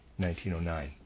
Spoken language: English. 1909